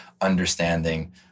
understanding